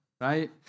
right